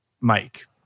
Mike